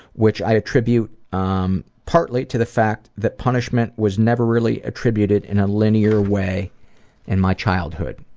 which i attribute um partly to the fact that punishment was never really attributed in a linear way in my childhood.